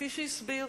כפי שהסביר: